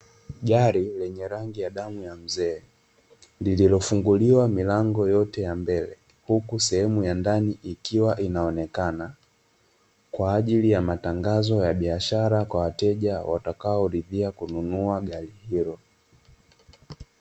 Gari lenye rangi ya damu ya mzee, lililofunguliwa milango yote ya mbele, huku sehemu ya ndani ikiwa inaonekana, kwa ajili ya matangazo ya biashara kwa wateja watakaoridhia kununua gari hilo.